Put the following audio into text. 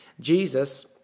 Jesus